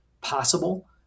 possible